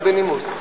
אבל בנימוס,